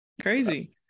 Crazy